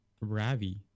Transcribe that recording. Ravi